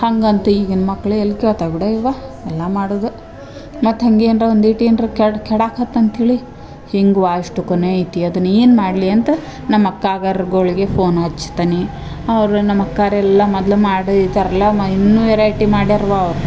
ಹಾಗಂತ ಈಗಿನ ಮಕ್ಳ ಎಲ್ಲಿ ಕೇಳ್ತಾವು ಬಿಡೆಯವ್ವ ಎಲ್ಲಾ ಮಾಡುದು ಮತ್ತು ಹಂಗೇನ್ರ ಒಂದಿಟ್ಟು ಏನ್ರ ಕೆಡ್ ಕೆಡಾಕತ್ ಅಂತೇಳಿ ಹಿಂಗೆ ವಾಯ್ಶ್ದ್ ಕೊನೇ ಐತಿ ಅದನ್ನ ಏನು ಮಾಡಲಿ ಅಂತ ನಮ್ಮ ಅಕ್ಕಾಗರ್ಗುಳ್ಗೆ ಫೋನ್ ಹಚ್ತನಿ ಅವ್ರ ನಮ್ಮ ಅಕ್ಕಾರೆಲ್ಲ ಮೊದಲು ಮಾಡೀದರಲ್ಲ ಮ ಇನ್ನೂ ವೆರೈಟಿ ಮಾಡ್ಯರವ್ವ ಅವ್ರ